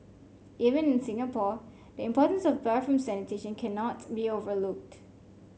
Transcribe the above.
even in Singapore the importance of bathroom sanitation cannot be overlooked